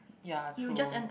ya true